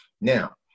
Now